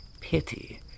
Pity